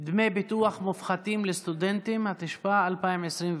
דמי ביטוח מופחתים לסטודנטים), התשפ"ב 2021,